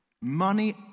Money